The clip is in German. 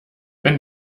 wenn